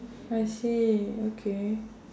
I see okay